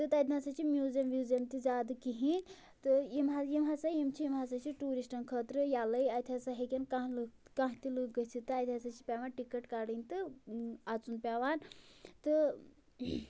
تہٕ تَتہِ نَسا چھِ میوٗزیم ویوٗزیم تہِ زیادٕ کِہیٖنۍ تہٕ یِم ہا یِم ہَسا یِم چھِ یِم ہَسا چھِ ٹوٗرِسٹَن خٲطرٕ یَلَے اَتہِ ہَسا ہیٚکن کانٛہہ لُکھ کانٛہہ تہِ لُکھ گٔژھِتھ تہٕ اَتہِ ہَسا چھِ پٮ۪وان ٹِکٹ کَڑٕنۍ تہٕ اَژُن پٮ۪وان تہٕ